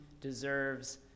deserves